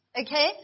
okay